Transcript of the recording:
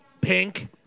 Pink